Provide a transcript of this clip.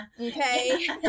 okay